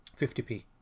50p